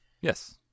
Yes